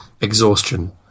exhaustion